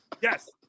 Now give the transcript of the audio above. Yes